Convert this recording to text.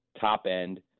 top-end